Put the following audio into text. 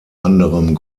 anderem